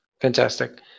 fantastic